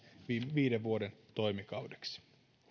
viiden vuoden toimikaudeksi